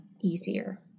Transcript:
easier